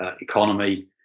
economy